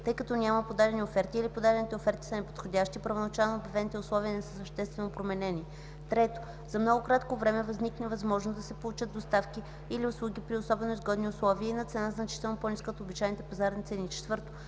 тъй като няма подадени оферти или подадените оферти са неподходящи и първоначално обявените условия не са съществено променени; 3. за много кратко време възникне възможност да се получат доставки или услуги при особено изгодни условия и на цена, значително по-ниска от обичайните пазарни цени; 4.